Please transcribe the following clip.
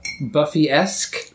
Buffy-esque